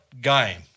game